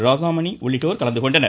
ராசாமணி உள்ளிட்டோர் கலந்து கொண்டனர்